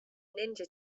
ninja